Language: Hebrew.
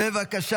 --- בבקשה.